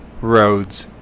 roads